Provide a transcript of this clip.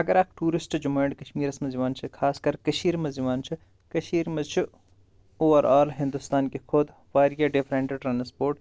اگر اَکھ ٹوٗرِسٹ چھُ جموں اینٛڈ کَشمیٖرَس منٛز یِوان چھُ خاص کر کٔشیٖرۍ منٛز یِوان چھُ کٔشیٖرۍ منٛز چھُ اُور آل ہِنٛدُستان کہِ کھۄتہ واریاہ ڈِفرَنٛٹ ٹرانَسپوٹ